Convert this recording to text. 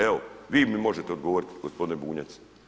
Evo vi mi možete odgovoriti gospodine Bunjac.